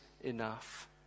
enough